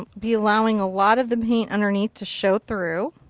be allowing a lot of the paint underneath to show through.